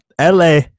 LA